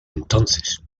entonces